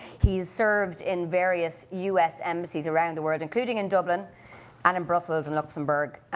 he's served in various us embassies around the world, including in dublin and in brussels and luxembourg.